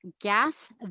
gas